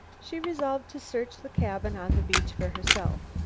she resolved to search the cabin on the beach for herself.